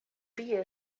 bier